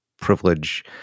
privilege